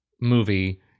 movie